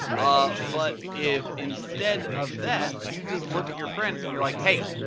ah but if instead of that you just look at your friend and you're like, hey!